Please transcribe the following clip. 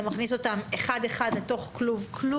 אתה מכניס אותן אחת אחת לתוך כלוב-כלוב?